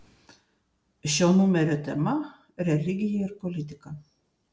šio numerio tema religija ir politika